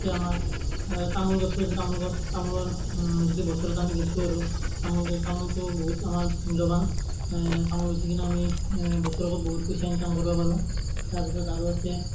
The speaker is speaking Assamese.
আছে আমাৰ তামোল গছো আছে তামোল গছ তামোল গছ যদি বজাৰত আমি বেচো আৰু তামোল গছ তামোলটো বহুত আমাৰ মূল্যৱান তামোল বেচি কিনে আমি বছৰেকত বহুত পইচা ইনকাম কৰিব পাৰো তাৰপিছত আৰু আছে